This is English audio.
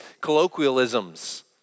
colloquialisms